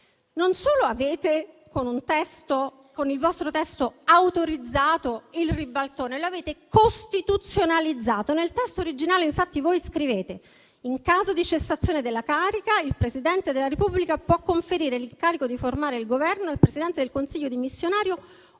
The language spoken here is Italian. Non solo con il vostro testo avete autorizzato il ribaltone, ma l'avete costituzionalizzato. Nel testo originale, infatti, voi avete scritto che in caso di cessazione della carica, il Presidente della Repubblica può conferire l'incarico di formare il Governo al Presidente del Consiglio dimissionario